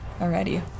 Alrighty